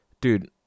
dude